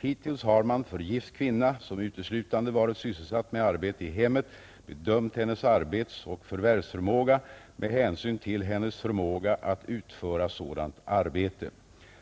Hittills har man för gift kvinna som uteslutande varit sysselsatt med hushållsarbete i hemmet bedömt hennes arbetsoch förvärvsförmåga med hänsyn till hennes förmåga att utföra sådant arbete.